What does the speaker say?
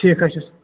ٹھیٖک حظ چھُ